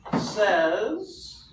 says